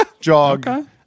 jog